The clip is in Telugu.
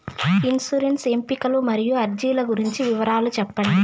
ఇన్సూరెన్సు ఎంపికలు మరియు అర్జీల గురించి వివరాలు సెప్పండి